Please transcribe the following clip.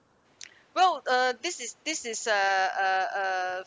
well uh this is this is a uh uh uh